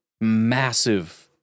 massive